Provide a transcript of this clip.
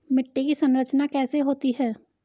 मिट्टी की संरचना कैसे होती है?